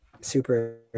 Super